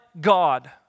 God